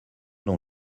dont